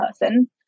person